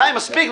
די, מספיק.